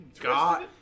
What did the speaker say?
God